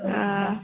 آ